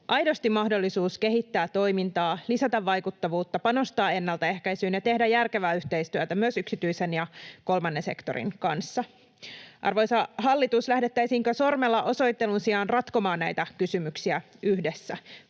aidosti mahdollisuus kehittää toimintaa, lisätä vaikuttavuutta, panostaa ennaltaehkäisyyn ja tehdä järkevää yhteistyötä myös yksityisen ja kolmannen sektorin kanssa. Arvoisa hallitus, lähdettäisiinkö sormella osoittelun sijaan ratkomaan näitä kysymyksiä yhdessä?